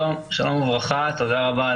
שלום רב ותודה,